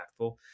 impactful